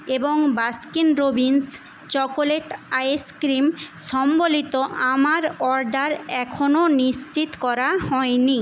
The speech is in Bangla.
এবং বাস্কিন রবিন্স চকোলেট আইসক্রিম সম্বলিত আমার অর্ডার এখনও নিশ্চিত করা হয়নি